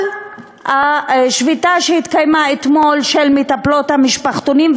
על השביתה שהתקיימה אתמול של מטפלות המשפחתונים,